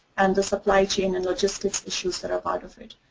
and the supply chain and logistic issues that are part of it.